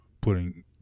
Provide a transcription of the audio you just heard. Putting